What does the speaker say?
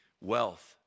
Wealth